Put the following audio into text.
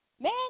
Man